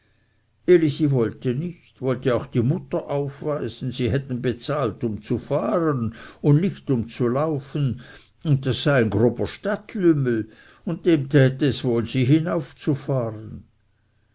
elisi wollte nicht wollte auch die mutter aufweisen sie hätten bezahlt um zu fahren und nicht um zu laufen und das sei ein grober stadtlümmel und dem täte es wohl sie hinaufzufahren